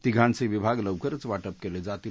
तिघांचे विभाग लवकरच वाटप केले जातील